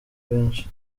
benshi